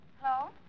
Hello